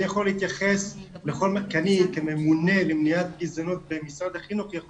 אני כממונה למניעת גזענות במשרד החינוך יכול